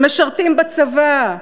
שמשרתים בצבא,